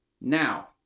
Now